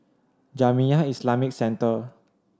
Jamiyah Islamic Centre